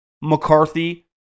McCarthy